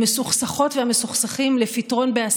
למרות שדיברו הרבה.